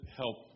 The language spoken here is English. help